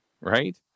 right